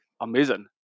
amazing